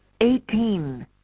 eighteen